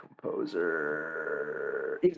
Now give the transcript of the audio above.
Composer